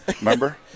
remember